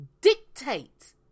dictate